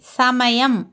സമയം